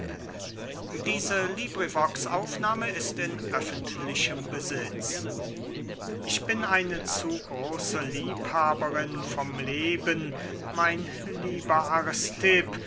xix lais an aristipp ich bin eine zu große liebhaberin vom leben mein lieber